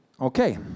Okay